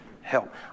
help